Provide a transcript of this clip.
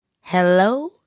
Hello